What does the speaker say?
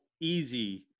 easy